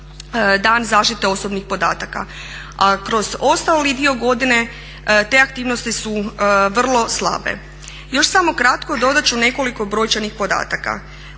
Dan zaštite osobnih podataka, a kroz ostali dio godine te aktivnosti su vrlo slabe. Još samo kratko, dodat ću nekoliko brojčanih podataka,